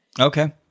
Okay